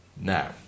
Now